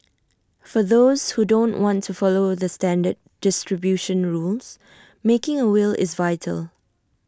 for those who don't want to follow the standard distribution rules making A will is vital